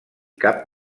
cap